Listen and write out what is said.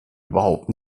überhaupt